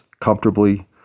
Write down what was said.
comfortably